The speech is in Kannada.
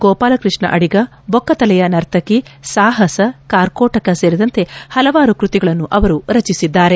ಗೋಪಾಲಕೃಷ್ಣ ಅಡಿಗ ಬೊಕ್ಕತಲೆಯ ನರ್ತಕಿ ಸಹಾಸ ಕಾರ್ಕೋಟಕ ಸೇರಿದಂತೆ ಹಲವಾರು ಕೃತಿಗಳನ್ನು ಅವರು ರಚಿಸಿದ್ದಾರೆ